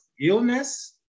illness